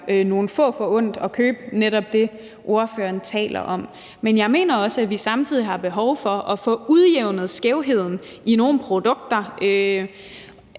nogle få forundt at købe netop det, ordføreren taler om. Men jeg mener også, at vi samtidig har behov for at få udjævnet skævhederne i nogle produkter,